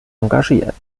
engagiert